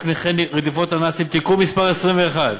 נכי רדיפות הנאצים (תיקון מס' 22),